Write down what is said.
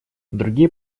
другие